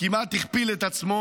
כמעט הכפיל את עצמו.